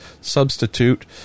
substitute